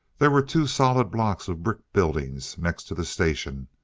there were two solid blocks of brick buildings next to the station,